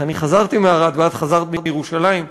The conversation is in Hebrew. אני חזרתי מערד ואת חזרת מירושלים,